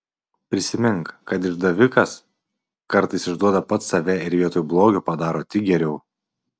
prisimink kad išdavikas kartais išduoda pats save ir vietoj blogio padaro tik geriau